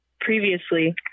previously